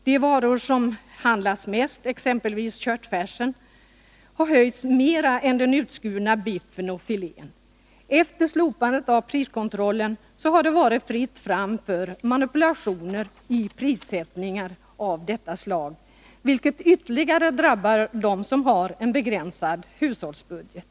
De varor som handlas mest, exempelvis köttfärsen, har höjts mer än den utskurna biffen och filén. Efter slopandet av priskontrollen har det varit fritt fram för manipulationer av detta slag i prissättningen, vilket ytterligare drabbar dem som har en begränsad hushållsbudget.